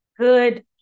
good